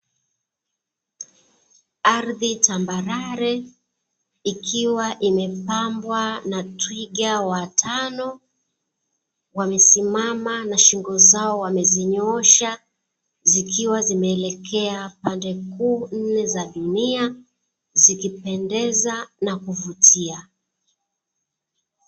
Ardhi tambarare ikiwa imepambwa na Twiga watano, wamesimama na shingo zao wamezinyoosha, zikiwa zimeelekea pande kuu nne za dunia, zikipendeza na kuvutia.